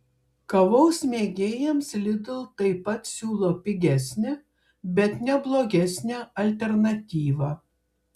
kavos mėgėjams lidl taip pat siūlo pigesnę bet ne blogesnę alternatyvą